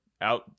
out